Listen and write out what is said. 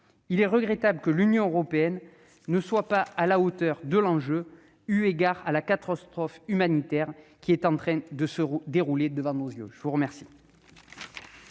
Il est regrettable que l'Union européenne ne soit pas à la hauteur de l'enjeu, eu égard à la catastrophe humanitaire qui se déroule devant nos yeux. La parole